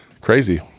crazy